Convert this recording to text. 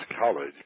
college